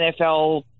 NFL